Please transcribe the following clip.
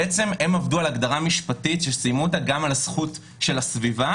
הם עבדו על הגדרה משפטית שסיימו אותה גם על הזכות של הסביבה